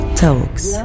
talks